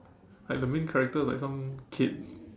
like the main character is like some kid